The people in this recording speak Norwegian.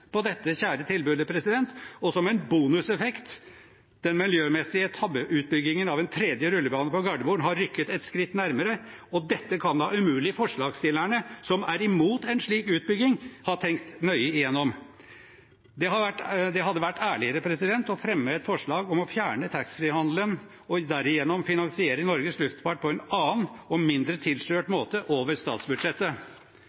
på dette kjære tilbudet, og som en bonuseffekt: Den miljømessige tabbeutbyggingen av en tredje rullebane på Gardermoen har rykket ett skritt nærmere. Dette kan da umulig forslagsstillerne, som er imot en slik utbygging, ha tenkt nøye igjennom. Det hadde vært ærligere å fremme et forslag om å fjerne taxfree-handelen og derigjennom finansiere Norges luftfart på en annen og mindre tilslørt